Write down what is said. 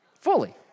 Fully